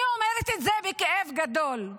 אני אומרת את זה בכאב גדול,